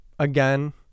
again